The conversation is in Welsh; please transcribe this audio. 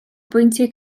bwyntiau